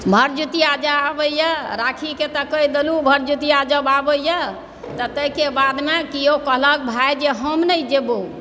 भरदुतिया जब आबैए राखीके तऽ कहि देलहुँ भरदुतिया जब आबैए तऽ ताहिके बादमे किओ कहलक भाय जे हम नहि जेबहु